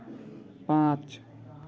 पाँच